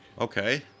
Okay